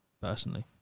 personally